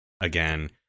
again